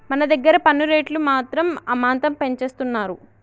మన దగ్గర పన్ను రేట్లు మాత్రం అమాంతం పెంచేస్తున్నారు